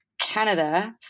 Canada